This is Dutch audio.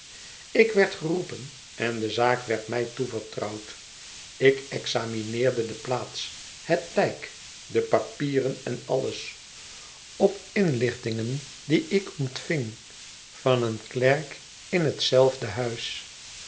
ik werd geroepen en de zaak werd mij toevertrouwd ik examineerde de plaats het lijk de papieren en alles op inlichtingen die ik ontving van een klerk in hetzelfde huis